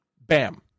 bam